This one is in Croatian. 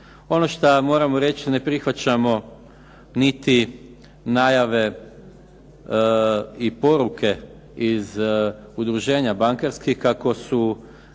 Ono što moramo reći ne prihvaćamo niti najave i poruke iz udruženja bankarskih kako su